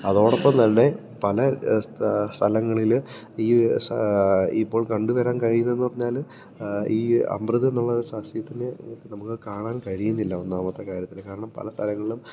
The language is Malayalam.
അതോടൊപ്പം തന്നെ പല സ്ഥലങ്ങളില് ഈ ഇപ്പോൾ കണ്ടുവരാൻ കഴിയുന്നതെന്ന് പറഞ്ഞാല് ഈ അമൃത് എന്നുള്ള സസ്യത്തിനെ നമുക്ക് കാണാൻ കഴിയുന്നില്ല ഒന്നാമത്തെ കാര്യത്തില് കാരണം പല സ്ഥലങ്ങളിലും